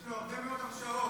יש לו הרבה מאוד הרשעות.